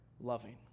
loving